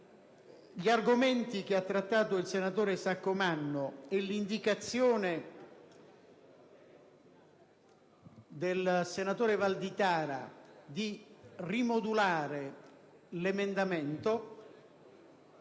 Gli argomenti che ha trattato il senatore Saccomanno e l'indicazione del senatore Valditara di rimodulare l'emendamento